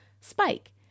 Spike